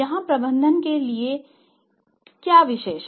यहां प्रबंधन करने के लिए क्या विशेष है